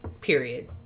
period